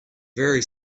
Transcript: very